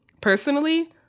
personally